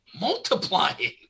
multiplying